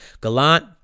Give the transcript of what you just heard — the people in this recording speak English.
Gallant